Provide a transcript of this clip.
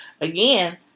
again